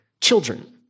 children